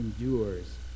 endures